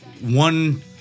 one